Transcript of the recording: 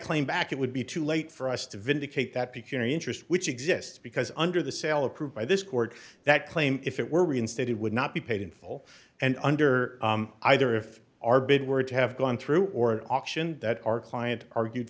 claim back it would be too late for us to vindicate that pick your interest which exists because under the sale approved by this court that claim if it were reinstated would not be paid in full and under either if our bid were to have gone through or an auction that our client argued